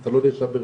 ואתה לא נאשם ברצח,